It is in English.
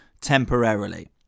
temporarily